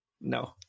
no